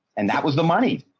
and that was the money.